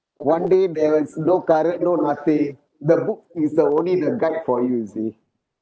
one day there is no current no nothing the book is the only the guide for you you see